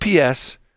UPS